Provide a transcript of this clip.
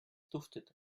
duftet